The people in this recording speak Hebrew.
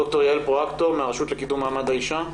ד"ר יעל פרואקטור מהרשות לקידום מעמד האישה.